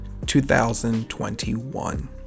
2021